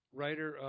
writer